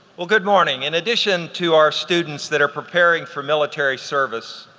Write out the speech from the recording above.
well good morning. in addition to our students that are preparing for military service,